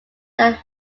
that